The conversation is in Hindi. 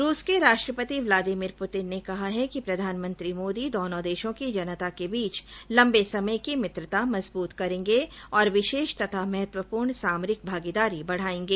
रूस के राष्ट्रपति व्लादिमिर पुतिन ने कहा है कि प्रधानमंत्री मोदी दोनों देशों की जनता के बीच लंबे समय की मित्रता मजबूत करेंगे और विशेष तथा महत्वपूर्ण सामरिक भागीदारी बढाएंगे